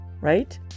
right